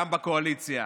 גם בקואליציה